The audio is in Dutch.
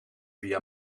via